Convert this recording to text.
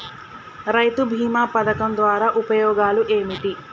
రైతు బీమా పథకం ద్వారా ఉపయోగాలు ఏమిటి?